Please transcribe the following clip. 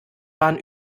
waren